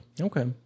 Okay